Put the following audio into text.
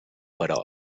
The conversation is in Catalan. però